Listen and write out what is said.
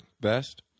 best